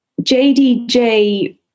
JDJ